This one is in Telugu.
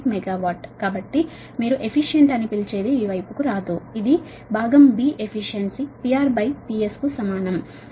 58 మెగావాట్ కాబట్టి మీరు ఎఫిషియంట్ అని పిలిచేది ఈ వైపుకు రాదు ఇది భాగం బి ఎఫిషియన్సీ PRPSకు సమానం8085